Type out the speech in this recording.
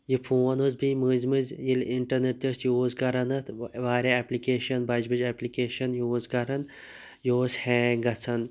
یہِ فون اوس بیٚیہِ مٔنٛزۍ مٔنٛزۍ ییٚلہِ اِنٹَرنیٹ تہِ ٲسۍ یوٗز کَران اَتھ وارِیاہ ایپلکِیشن بَجہِ بَجہِ ایپلِکِیشَن یوٗز کَران یہِ اوس ہینٛگ گَژھان